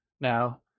now